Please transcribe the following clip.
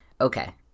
Okay